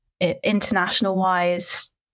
international-wise